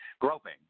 groping